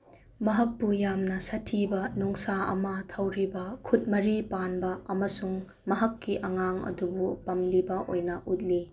ꯃꯍꯥꯛꯄꯨ ꯌꯥꯝꯅ ꯁꯥꯊꯤꯕ ꯅꯣꯡꯁꯥ ꯑꯃ ꯊꯧꯔꯤꯕ ꯈꯨꯠ ꯃꯔꯤ ꯄꯥꯟꯕ ꯑꯃꯁꯨꯡ ꯃꯍꯥꯛꯀꯤ ꯑꯉꯥꯡ ꯑꯗꯨꯕꯨ ꯄꯝꯂꯤꯕ ꯑꯣꯏꯅ ꯎꯠꯂꯤ